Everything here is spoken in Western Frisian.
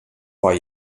foar